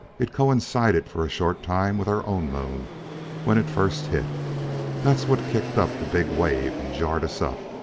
it coincided for a short time with our own moon when it first hit that's what kicked up the big wave and jarred us up.